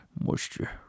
Moisture